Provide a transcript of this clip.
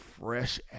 fresh